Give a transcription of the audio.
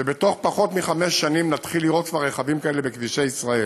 בתוך פחות מחמש שנים נתחיל לראות כבר רכבים כאלה בכבישי ישראל.